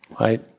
Right